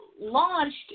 Launched